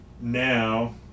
now